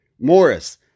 Morris